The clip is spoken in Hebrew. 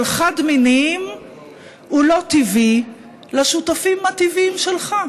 חד-מיניים הוא לא טבעי לשותפים הטבעיים שלך.